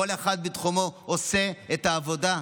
כל אחד בתחומו עושה את העבודה,